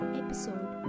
episode